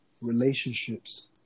relationships